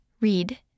read